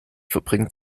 verbringen